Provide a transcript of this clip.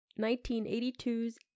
1982's